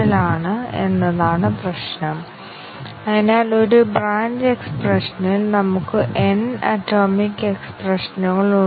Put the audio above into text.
അതിനാൽ വളരെ ചെറിയ പ്രോഗ്രാമുകൾക്കായി നമുക്ക് വീണ്ടും ബ്രാഞ്ച് കവറേജ് നേടുന്നതിന് ടെസ്റ്റ് കേസുകൾ സൃഷ്ടിക്കാനോ എഴുതാനോ കഴിയും